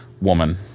woman